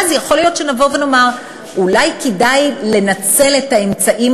ואז יכול להיות שנבוא ונאמר: אולי כדאי לנצל את האמצעים